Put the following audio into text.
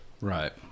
Right